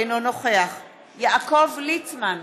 אינו נוכח יעקב ליצמן,